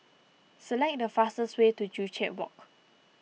select the fastest way to Joo Chiat Walk